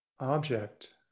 object